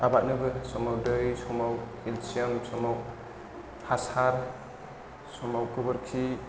आबादनोबो समाव दै समाव केलसियाम समाव हासार समाव गोबोरखि